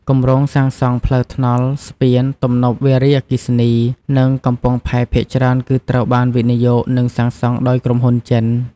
គម្រោងសាងសង់ផ្លូវថ្នល់ ស្ពាន ទំនប់វារីអគ្គិសនី និងកំពង់ផែភាគច្រើនគឺត្រូវបានវិនិយោគនិងសាងសង់ដោយក្រុមហ៊ុនចិន។